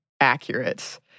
accurate